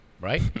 right